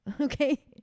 Okay